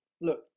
look